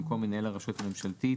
במקום "מנהל הרשות הממשלתית"